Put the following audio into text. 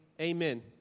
amen